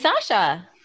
Sasha